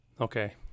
okay